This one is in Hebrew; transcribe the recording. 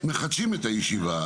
אנחנו מחדשים את הישיבה.